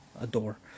adore